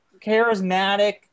charismatic